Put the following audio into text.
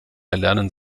erlernen